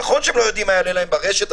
נכון שהם לא יודעים מה יעלה להם ברשת,